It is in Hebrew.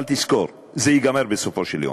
אבל תזכור, זה ייגמר בסופו של יום.